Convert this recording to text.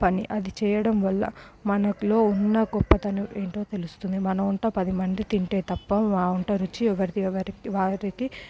పని అది చేయడం వల్ల మనలో ఉన్న గొప్పతనం ఏంటో తెలుస్తుంది మన వంట పది మంది తింటే తప్ప ఆ వంట రుచి ఎవరిది ఎవరికి వారికి